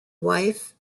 wife